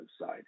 side